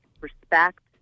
respect